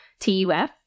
TUF